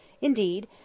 Indeed